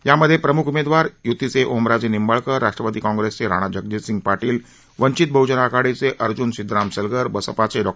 यामध्ये प्रम्ख उमेदवार यूतीचे ओमराजे निंबाळकर राष्ट्रवादी काँग्रेसचे राणा जगजीतसिंह पाटील वंचित बहजन आघाडीचे अर्ज्न सिद्राम सलगर बसपाचे डॉ